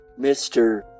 Mr